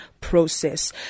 process